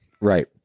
Right